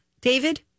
David